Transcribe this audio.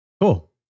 Cool